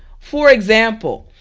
for example,